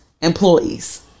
Employees